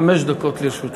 חמש דקות לרשותך.